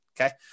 Okay